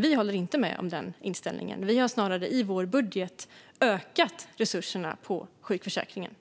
Vi håller inte med om den inställningen, utan i vår budget har vi snarare ökat resurserna till sjukförsäkringen.